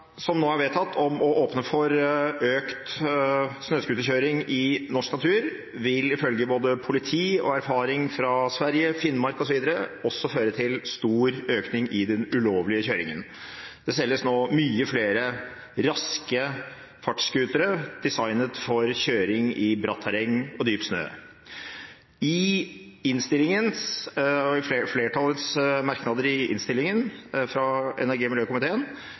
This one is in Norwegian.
å åpne for økt snøscooterkjøring i norsk natur, vil ifølge både politi og erfaring fra Sverige, Finnmark osv. også føre til stor økning i den ulovlige kjøringen. Det selges nå mange flere raske fartsscootere, designet for kjøring i bratt terreng og dyp snø. I flertallets merknader i innstillingen fra energi- og miljøkomiteen